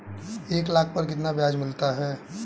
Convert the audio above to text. एक लाख पर कितना ब्याज मिलता है?